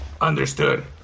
Understood